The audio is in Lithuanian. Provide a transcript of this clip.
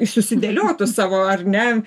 i susidėliotų savo ar ne